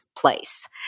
place